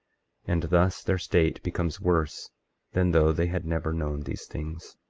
and thus their state becomes worse than though they had never known these things.